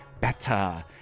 better